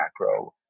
macro